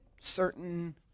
certain